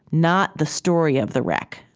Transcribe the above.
not the story of the wreck,